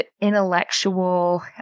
intellectual